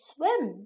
Swim